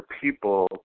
people